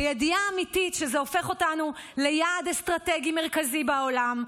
בידיעה אמיתית שזה הופך אותנו ליעד אסטרטגי מרכזי בעולם,